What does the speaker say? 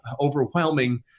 overwhelming